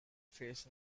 face